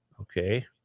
Okay